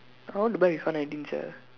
I want to buy refund ending sia